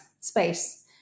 space